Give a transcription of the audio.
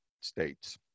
states